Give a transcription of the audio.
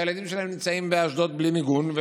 שהילדים שלהם נמצאים באשדוד בלי מיגון.